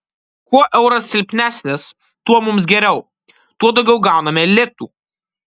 kuo euras silpnesnis tuo mums geriau tuo daugiau gauname litų